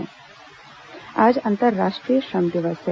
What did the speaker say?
अंतर्राष्ट्रीय श्रम दिवस आज अंतर्राष्ट्रीय श्रम दिवस है